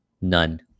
none